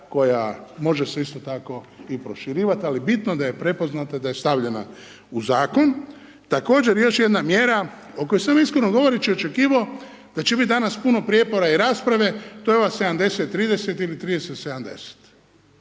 koja može se isto tako i proširivat, al bitno da se prepoznata, da je stavljena u Zakon. Također, još jedna mjera o kojoj sam, iskreno govoreći očekivao, da će biti danas puno prijepora i rasprave, to je ova 70-30 ili 30-70.